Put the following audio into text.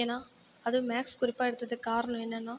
ஏன்னால் அதுவும் maths group எடுத்ததுக்கு காரணம் என்னென்னா